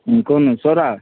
हूँ कोन अछि सौरा